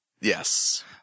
Yes